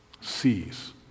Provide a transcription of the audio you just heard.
sees